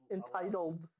entitled